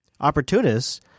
opportunists